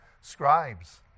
scribes